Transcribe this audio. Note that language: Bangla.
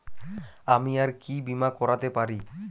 আমি আর কি বীমা করাতে পারি?